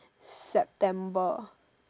September